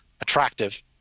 attractive